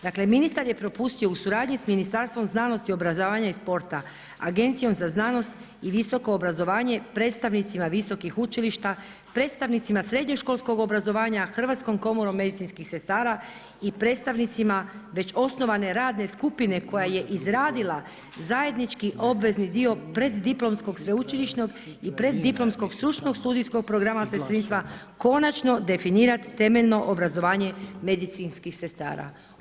Dakle ministar je propustio u suradnji sa Ministarstvom znanosti, obrazovanja i sporta, Agencijom za znanost i visoko obrazovanje predstavnicima visokih učilišta, predstavnicima srednjoškolskog obrazovanja, Hrvatskom komorom medicinskih sestara i predstavnicima već osnovane radne skupine koja je izradila zajednički obvezni dio preddiplomskog sveučilišnog i preddiplomskog stručnog studijskog programa sestrinstva konačno definirati temeljno obrazovanje medicinskih sestara.